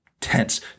tense